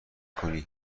کنی